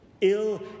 ill